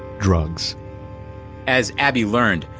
drugs as abbey learned,